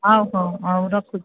ହଉ ହଉ ହଉ ରଖୁଛି